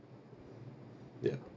ya